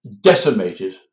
decimated